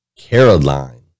Caroline